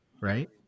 Right